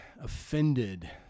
offended